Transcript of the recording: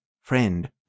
Friend